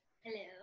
hello